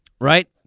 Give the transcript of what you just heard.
Right